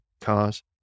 cars